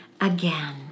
again